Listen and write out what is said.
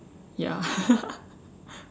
ya